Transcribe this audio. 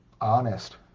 honest